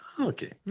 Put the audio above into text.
okay